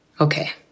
okay